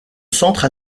centre